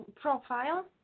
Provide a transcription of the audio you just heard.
profile